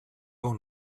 all